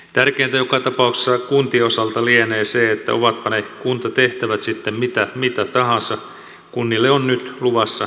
tärkeintä joka tapauksessa kuntien osalta lienee se että ovatpa ne kuntatehtävät sitten mitä tahansa kunnille on nyt luvassa työrauha